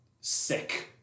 sick